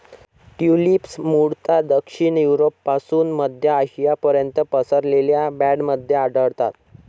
tulips मूळतः दक्षिण युरोपपासून मध्य आशियापर्यंत पसरलेल्या बँडमध्ये आढळतात